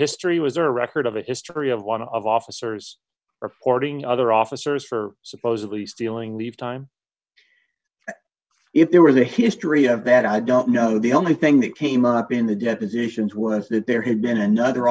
history was a record of a history of one of officers reporting other officers for supposedly stealing leave time if there was a history of bad i don't know the only thing that came up in the depositions was that there had been another